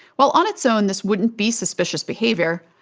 while on its own, this wouldn't be suspicious behavior,